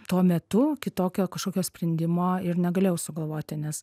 tuo metu kitokio kažkokio sprendimo ir negalėjau sugalvoti nes